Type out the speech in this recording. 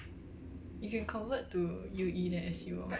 you can convert to U_E then S_U orh